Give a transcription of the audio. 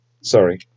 Sorry